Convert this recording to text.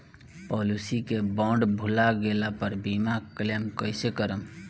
Policy के bond भुला गैला पर बीमा क्लेम कईसे करम?